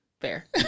Fair